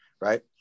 Right